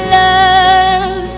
love